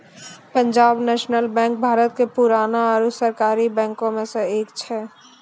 Punjab national bank Bharat के पुराना आरु सरकारी बैंको मे से एक छै